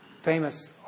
famous